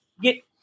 get